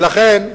ולכן,